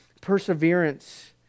perseverance